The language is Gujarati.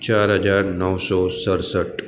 ચાર હજાર નવસો સડસઠ